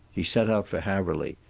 he set out for haverly,